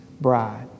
bride